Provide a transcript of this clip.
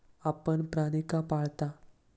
आपण प्राणी का पाळता?